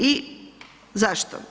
I zašto?